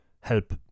help